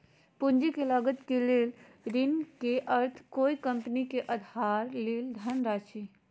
पूंजी के लागत ले ऋण के अर्थ कोय कंपनी से उधार लेल धनराशि हइ